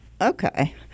Okay